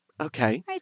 Okay